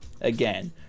Again